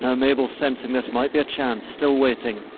now mabel's sensing this might be a chance. still waiting,